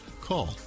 Call